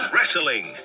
Wrestling